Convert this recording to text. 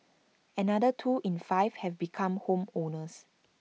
another two in five have become home owners